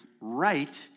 right